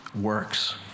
works